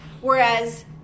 Whereas